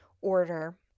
order